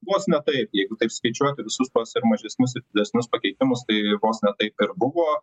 vos ne taip jeigu taip skaičiuoti visus tuos ir mažesnius ir didesnius pakeitimus tai vos ne taip ir buvo